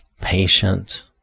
patient